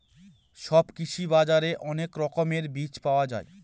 সব কৃষি বাজারে অনেক রকমের বীজ পাওয়া যায়